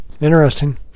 Interesting